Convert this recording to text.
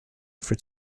for